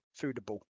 foodable